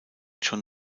schon